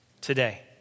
Today